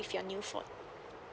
with your new phone